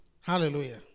Hallelujah